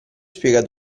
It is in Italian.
spiega